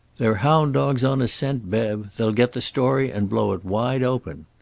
they're hound dogs on a scent, bev. they'll get the story, and blow it wide open.